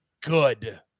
good